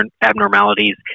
abnormalities